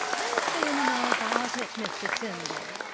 don't say any more about it, mr. timbrell.